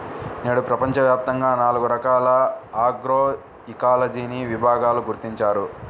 నేడు ప్రపంచవ్యాప్తంగా నాలుగు రకాల ఆగ్రోఇకాలజీని విభాగాలను గుర్తించారు